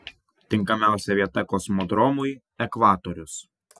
tinkamiausia vieta kosmodromui ekvatorius